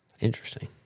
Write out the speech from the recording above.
Interesting